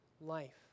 life